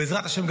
בעזרת השם,